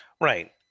right